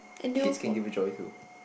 kids can give you joy too